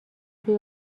توی